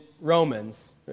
Romans